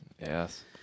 Yes